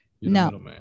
no